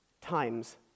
times